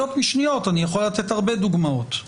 אני יכול לתת לזה הרבה דוגמות,